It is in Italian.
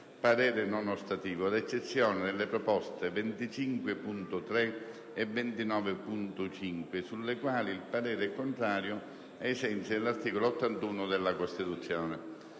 parere non ostativo, ad eccezione delle proposte 25.3 e 29.5, sulle quali il parere è contrario ai sensi dell'articolo 81 della Costituzione».